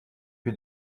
puy